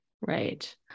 Right